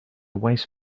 waste